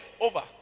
over